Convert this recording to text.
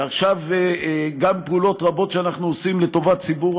עכשיו גם פעולות רבות שאנחנו עושים לטובת ציבור